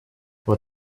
what